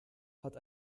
hat